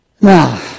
Now